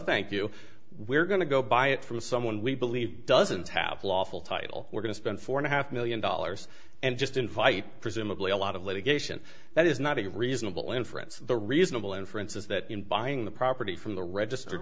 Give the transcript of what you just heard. thank you we're going to go buy it from someone we believe doesn't have lawful title we're going to spend four and a half million dollars and just invite presumably a lot of litigation that is not a reasonable inference the reasonable inference is that in buying the property from the register